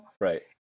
Right